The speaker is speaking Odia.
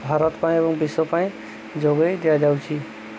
ଭାରତ ପାଇଁ ଏବଂ ବିଶ୍ୱ ପାଇଁ ଯୋଗେଇ ଦିଆଯାଉଛି